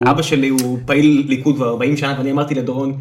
אבא שלי הוא פעיל ליכוד כבר 40 שנה ואני אמרתי לדורון